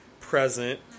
present